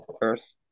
Earth